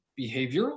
behavioral